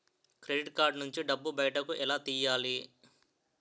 Credit card నుంచి డబ్బు బయటకు ఎలా తెయ్యలి?